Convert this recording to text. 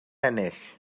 ennill